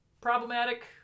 problematic